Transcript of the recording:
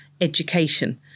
education